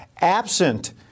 absent